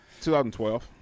2012